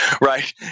right